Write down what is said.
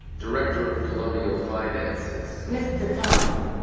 director of colonial finances mister thomassen,